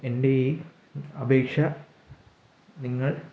എൻ്റെ ഈ അപേക്ഷ നിങ്ങൾ